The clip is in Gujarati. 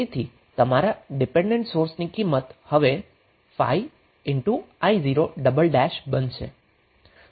તેથી તમારા ડિપેન્ડેન્ટ સોર્સની કિંમત હવે 5i0 બનશે